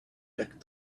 back